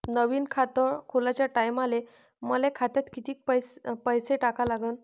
नवीन खात खोलाच्या टायमाले मले खात्यात कितीक पैसे टाका लागन?